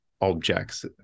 objects